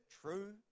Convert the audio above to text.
true